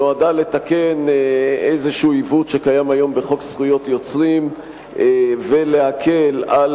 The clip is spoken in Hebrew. נועדה לתקן איזשהו עיוות שקיים היום בחוק זכות יוצרים ולהקל על